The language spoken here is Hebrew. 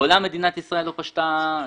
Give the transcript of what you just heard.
מעולם מדינת ישראל לא פשטה רגל,